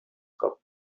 cup